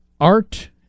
Art